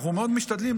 אנחנו מאוד משתדלים,